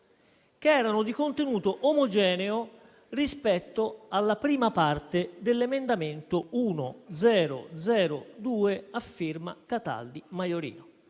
erano di contenuto omogeneo rispetto alla prima parte dell'emendamento 1.1002, a firma dei senatori